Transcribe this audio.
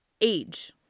age